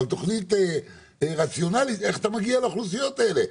אבל תוכנית רציונלית איך אתה מגיע לאוכלוסיות האלה.